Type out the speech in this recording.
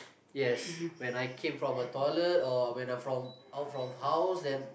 yes when I came from a toilet or when I from out from house then